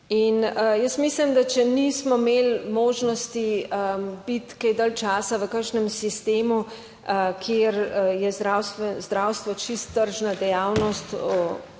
jaz mislim, da če nismo imeli možnosti biti kaj dalj časa v kakšnem sistemu, kjer je zdravstvo čisto tržna dejavnost,